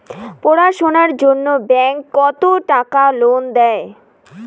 পড়াশুনার জন্যে ব্যাংক কত টাকা লোন দেয়?